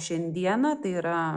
šiandieną tai yra